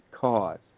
cause